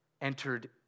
entered